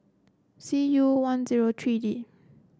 C U one zero three D